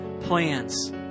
plans